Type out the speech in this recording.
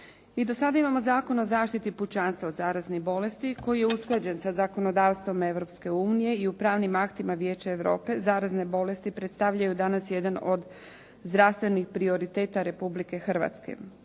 I do sada imamo Zakon o zaštiti pučanstva od zaraznih bolesti koji je usklađen sa zakonodavstvom Europske unije i u pravnim aktima Vijeća Europe zarazne bolesti predstavljaju danas jedan od zdravstvenih prioriteta Republike Hrvatske.